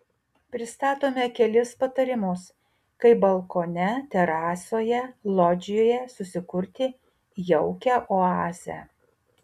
pristatome kelis patarimus kaip balkone terasoje lodžijoje susikurti jaukią oazę